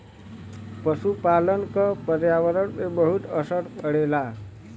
पसुपालन क पर्यावरण पे बहुत असर पड़ेला